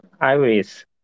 iris